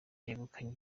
yegukanye